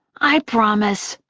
i promise.